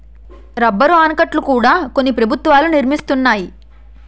rubber ఆనకట్టల కూడా కొన్ని ప్రభుత్వాలు నిర్మిస్తున్నాయి